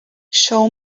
show